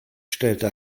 stellte